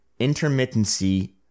intermittency